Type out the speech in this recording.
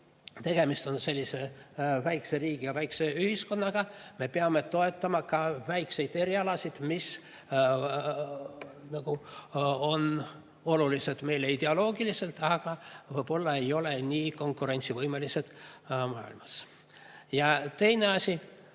tegemist on sellise väikese riigi ja väikese ühiskonnaga, me peame ehk toetama ka väikseid erialasid, mis on olulised meile ideoloogiliselt, aga võib-olla ei ole nii konkurentsivõimelised maailmas? Ja teine asi